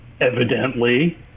evidently